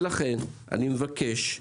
ולכן אני מבקש,